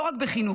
לא רק בחינוך.